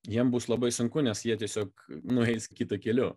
jiem bus labai sunku nes jie tiesiog nueis kitu keliu